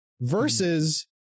versus